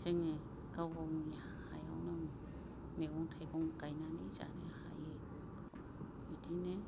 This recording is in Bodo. जोङो गाव गावनि हायावनो मैगं थाइगं गायनानै जानो हायो बिदिनो